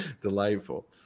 delightful